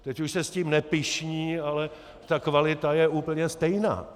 Teď už se s tím nepyšní, ale ta kvalita je úplně stejná.